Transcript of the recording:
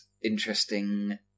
interesting